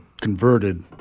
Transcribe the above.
converted